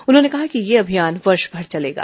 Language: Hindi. उन्होंने कहा कि यह अभियान वर्षभर चलेगा